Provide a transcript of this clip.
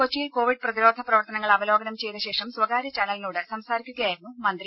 കൊച്ചിയിൽ കോവിഡ് പ്രതിരോധ പ്രവർത്തനങ്ങൾ അവലോകനം ചെയ്ത ശേഷം സ്വകാര്യ ചാനലിനോട് സംസാരിക്കുകയായിരുന്നു മന്ത്രി